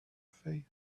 faith